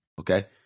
Okay